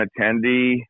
Attendee